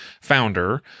founder